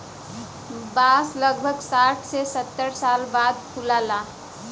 बांस लगभग साठ से सत्तर साल बाद फुलला